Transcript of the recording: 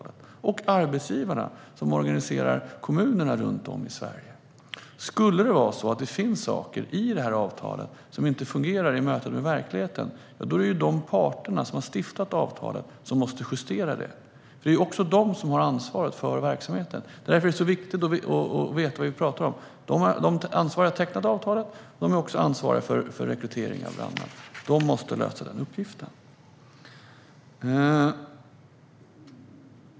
Ansvaret ligger också på arbetsgivarna och de som organiserar kommunerna runt om i Sverige. Om det skulle vara så att det finns saker i avtalet som inte fungerar i mötet med verkligheten är det de parter som har ingått avtalet som måste justera det. Det är också de som har ansvaret för verksamheten. Det är viktigt att veta vad vi talar om: Det är de ansvariga som har tecknat avtalet, och de är också ansvariga för rekryteringen av brandmän. De måste lösa denna uppgift.